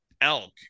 elk